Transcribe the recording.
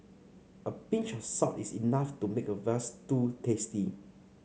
a pinch of salt is enough to make a veal stew tasty